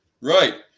Right